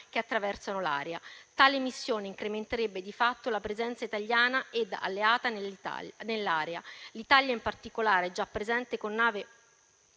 che attraversano l'area. Tale missione incrementerebbe di fatto la presenza italiana e alleata nell'area: l'Italia, in particolare, è già presente con nave